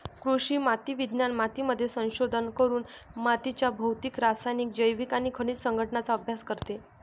कृषी माती विज्ञान मातीमध्ये संशोधन करून मातीच्या भौतिक, रासायनिक, जैविक आणि खनिज संघटनाचा अभ्यास करते